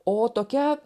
o tokia